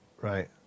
right